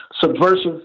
subversive